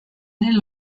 ere